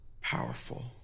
powerful